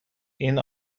این